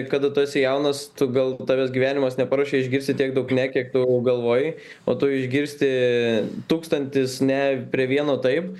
kada tu esi jaunas tu gal tavęs gyvenimas neparuošė išgirsti tiek daug ne kiek tu galvojai o tu išgirsti tūkstantis ne prie vieno taip